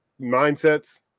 mindsets